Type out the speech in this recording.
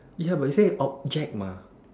ya but you say object mah